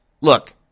Look